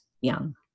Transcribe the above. Young